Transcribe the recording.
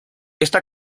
esta